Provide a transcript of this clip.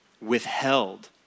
withheld